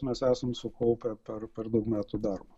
mes esam sukaupę per per daug metų darbo